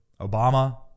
Obama